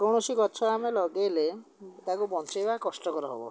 କୌଣସି ଗଛ ଆମେ ଲଗେଇଲେ ତାକୁ ବଞ୍ଚେଇବା କଷ୍ଟକର ହେବ